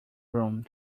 room